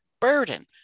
burden